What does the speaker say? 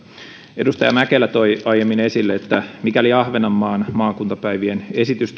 edustaja mäkelä toi aiemmin esille että mikäli ahvenanmaan maakuntapäivien esitys